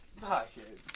pocket